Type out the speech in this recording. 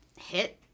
hit